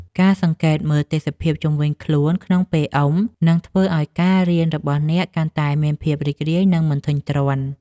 ការសង្កេតមើលទេសភាពជុំវិញខ្លួនក្នុងពេលអុំ នឹងធ្វើឱ្យការរៀនរបស់អ្នកកាន់តែមានភាពរីករាយ និងមិនធុញទ្រាន់។